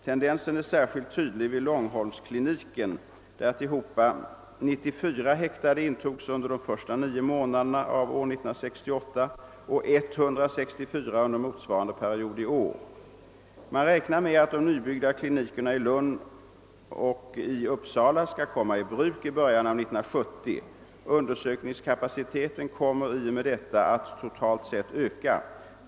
Tendensen är särskilt tydlig vid Långholmskliniken, där tillhopa 94 häktade togs in under de första nio månaderna av år 1968 och 164 under motsvarande period i' år. Man räknar med att de nybyggda klinikerna i Lund och i Uppsala skall komma i bruk i början av 1970. Undersökningskapaciteten kommer i och med detta att, totalt sett, öka.